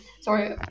Sorry